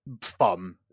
Fun